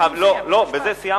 לא, לא, בזה סיימת.